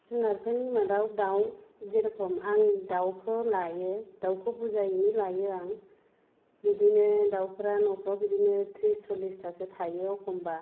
जुनादफोरनि मादाव दाउ जेरखम आं दाउखौ लायो दाउखौ बुरजायैनो लायो आं बिदिनो दाउफोरा न'फ्राव बिदिनो त्रिस सल्लिसथासो थायो एखमब्ला